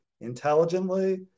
intelligently